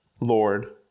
Lord